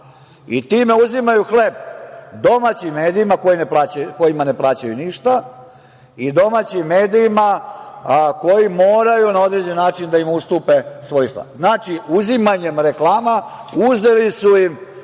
i time uzimaju hleb domaćim medijima kojima ne plaćaju ništa i domaćim medijima koji moraju na određen način da im ustupe svojstva. Znači, uzimanjem rekla uzeli su im